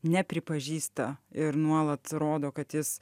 nepripažįsta ir nuolat rodo kad jis